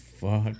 fuck